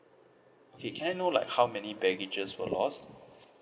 okay can I know like how many baggages were lost